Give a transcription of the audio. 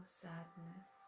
sadness